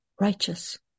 Righteous